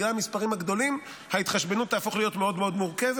בגלל המספרים הגדולים ההתחשבנות תהפוך להיות מאוד מאוד מורכבת